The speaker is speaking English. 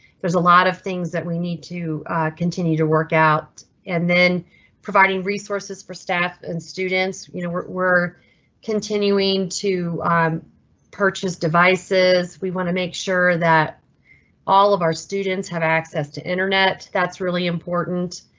there's a lot of things that we need to continue to workout and then providing resources for staff and students you know were were continuing to purchase devices, we want to make sure that all of our students have access to internet. that's really important.